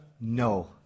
No